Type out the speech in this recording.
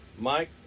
Mike